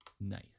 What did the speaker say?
nice